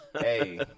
Hey